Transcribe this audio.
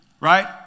right